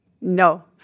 No